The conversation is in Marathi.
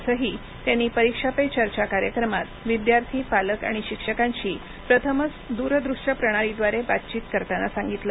असंही त्यांनी परीक्षा पे चर्चा कार्यक्रमात विद्यार्थी पालक आणि शिक्षकांशी प्रथमच दूरदृष्य प्रणालीद्वारे बातचीत करताना संगितलं